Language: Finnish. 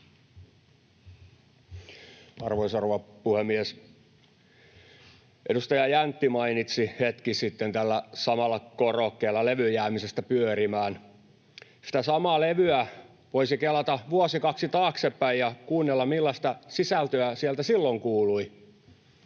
Arvoisa rouva puhemies! Edustaja Jäntti mainitsi hetki sitten tällä samalla korokkeella levyn jäämisestä pyörimään. Sitä samaa levyä voisi kelata vuosi, kaksi taaksepäin ja kuunnella, millaista sisältöä sieltä silloin kuului.